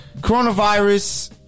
Coronavirus